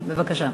בבקשה.